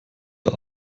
der